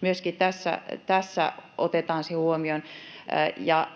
Myöskin tässä otetaan se huomioon.